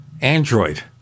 Android